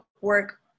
work